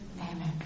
Amen